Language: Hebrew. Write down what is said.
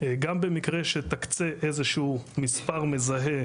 גם במקרה שתקצה איזשהו מספר מזהה,